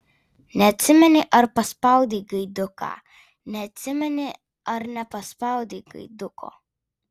neatsimeni ar paspaudei gaiduką neatsimeni ar nepaspaudei gaiduko